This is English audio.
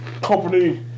company